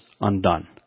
undone